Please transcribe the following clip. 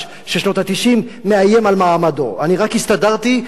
של שנות ה-90 מאיים על מעמדו: אני רק הסתדרתי,